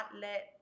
let